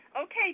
Okay